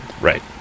Right